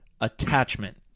attachment